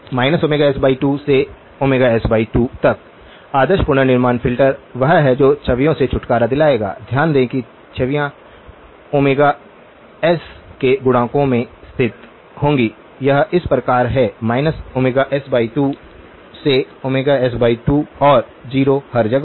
-s2 से s2 तक आदर्श पुनर्निर्माण फ़िल्टर वह है जो छवियों से छुटकारा दिलाएगा ध्यान दें कि छवियां ओमेगा एस के गुणकों में स्थित होंगी यह इस प्रकार है -s2 से s2 और 0 हर जगह